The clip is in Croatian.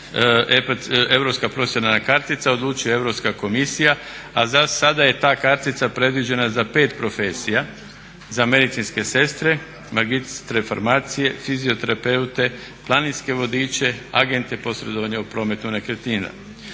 europska profesionalna kartica odlučuje Europska komisija, a zasada je ta kartica predviđena za 5 profesija, za medicinske sestre, magistre farmacije, fizioterapeute, planinske vodiče, agente posredovanja u prometu nekretnina.